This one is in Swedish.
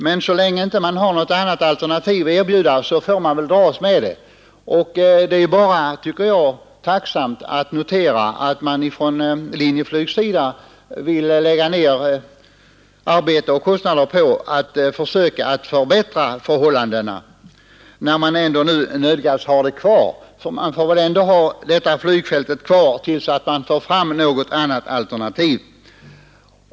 Men så länge man inte har något annat alternativ att erbjuda får man väl dras med det. Det är väl bara att tacksamt notera att man inom Linjeflyg vill lägga ner arbete och kostnader på att försöka förbättra förhållandena, eftersom man väl nu ändå nödgas ha kvar detta flygfält innan man får något annat alternativ.